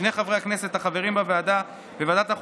שני חברי הכנסת החברים בוועדת החוקה,